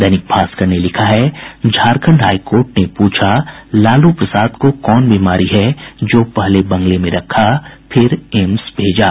दैनिक भास्कर लिखता है Jharkhand high court ने पूछा लालू प्रसाद को कौन बीमारी है जो पहले बंगले में रखा फिर एम्स भेजा